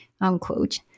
unquote